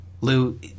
Lou